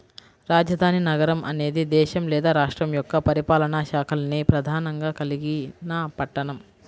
రాజధాని నగరం అనేది దేశం లేదా రాష్ట్రం యొక్క పరిపాలనా శాఖల్ని ప్రధానంగా కలిగిన పట్టణం